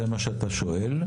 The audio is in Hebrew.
זה מה שאתה שואל.